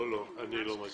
לא, אני לא מסכים.